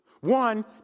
One